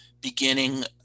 beginning